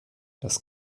das